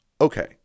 okay